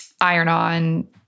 iron-on